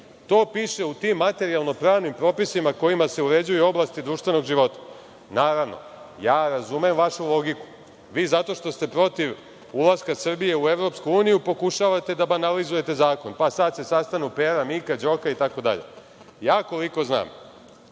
To piše u materijalno-pravnim propisima kojima se uređuju oblasti društvenog života. Naravno, razumem vašu logiku, vi zato što ste protiv ulaska Srbije u EU pokušavate da banalizujete zakon. Sada se sastanu Pera, Mika, Đoka itd. Koliko ja